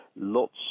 lots